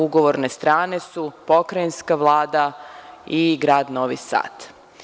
Ugovorne strane su Pokrajinska vlada i grad Novi Sad.